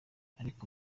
ariko